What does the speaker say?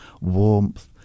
warmth